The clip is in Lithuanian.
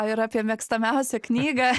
ir apie mėgstamiausią knygą